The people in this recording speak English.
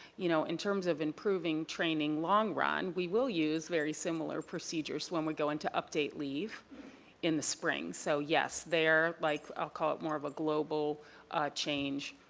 you know, in terms of improving training long run, we will use very similar procedures when we go into update leave in the spring, so yes, like i'll call it more of a global change,